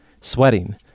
sweating